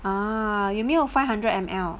ah 有没有 five hundred M_L